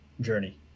journey